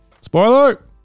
Spoiler